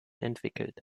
entwickelt